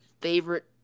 favorite